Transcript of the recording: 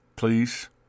Please